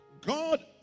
God